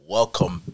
Welcome